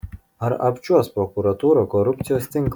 ar apčiuops prokuratūra korupcijos tinklą